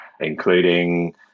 including